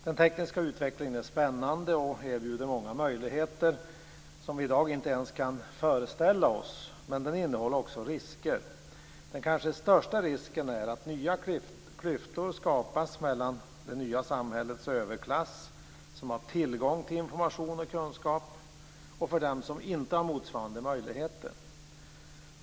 Den tekniska utvecklingen är spännande och erbjuder många möjligheter, som vi i dag inte ens kan föreställa oss, men den innehåller också risker. Den kanske största risken är att nya klyftor skapas mellan det nya samhällets överklass, som har tillgång till information och kunskap, och dem som inte har motsvarande möjligheter.